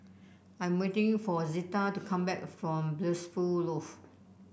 I 'm waiting for Zita to come back from Blissful Loft